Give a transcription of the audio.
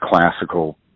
classical